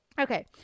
Okay